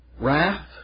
wrath